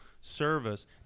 service